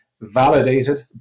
validated